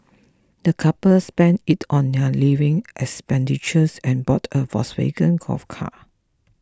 the couple spent it on their living expenditure and bought a Volkswagen Golf car